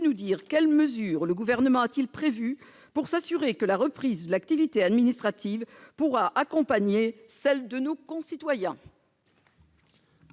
nous dire quelles mesures le Gouvernement a prévu de prendre pour s'assurer que la reprise de l'activité administrative pourra accompagner celle de nos concitoyens ?